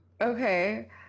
Okay